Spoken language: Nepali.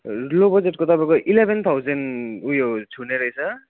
लो बजेटको तपाईँको इलेभेन थाउजन्ड उयो छुने रहेछ